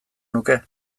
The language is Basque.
nuke